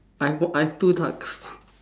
I've I have two ducks